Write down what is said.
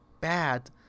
bad